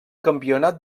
campionat